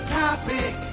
topic